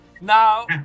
Now